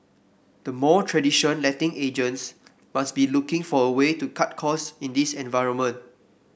the more traditional letting agents must be looking for a way to cut cost in this environment